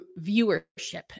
viewership